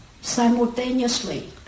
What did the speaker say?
simultaneously